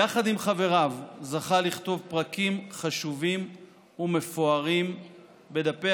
יחד עם חבריו זכה לכתוב פרקים חשובים ומפוארים בדפי